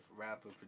rapper